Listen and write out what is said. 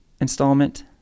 Installment